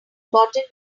gotten